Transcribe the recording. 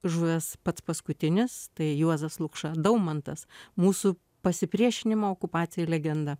žuvęs pats paskutinis tai juozas lukša daumantas mūsų pasipriešinimo okupacijai legenda